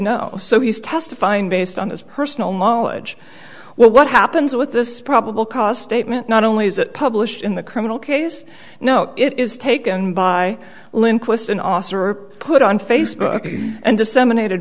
know so he's testifying based on his personal knowledge well what happens with this probable cause statement not only is it published in the criminal case no it is taken by lindqvist an os or are put on facebook and disseminated